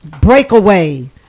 breakaway